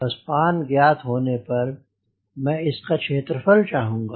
span ज्ञात होने पर मैं इसका क्षेत्र फल चाहूँगा